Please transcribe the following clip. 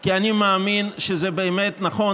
כי אני מאמין שזה באמת נכון,